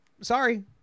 sorry